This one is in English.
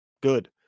good